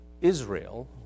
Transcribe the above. Israel